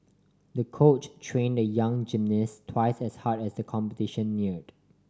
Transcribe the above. the coach train the young gymnast twice as hard as the competition neared